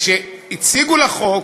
הציגו לה חוק,